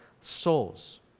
souls